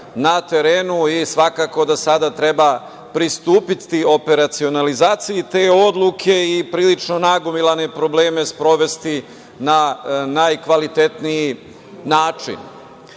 na terenu. Svakako da sada treba pristupiti operacionalizaciji te odluke i prilično nagomilane probleme sprovesti na najkvalitetniji način.S